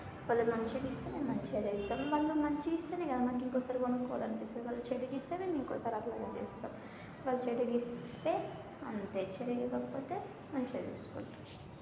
వాళ్ళు మంచిగా ఇస్తే మేము మంచిగా చేస్తాం వాళ్ళు మంచిగా ఇస్తేనే కదా మనకి ఇంకోసారి కొనుకువాలి అనిపిస్తుంది వాళ్ళుచెడుగా ఇస్తే మేము ఇంకోసారి అట్లాగే చేస్తాం వాళ్ళు చెడుగా ఇస్తే అంతే చెడుగా ఇవ్వకపోతే మంచిగా చూసుకుంటాం